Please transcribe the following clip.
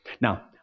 Now